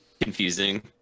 confusing